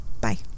Bye